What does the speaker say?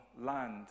land